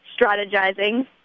strategizing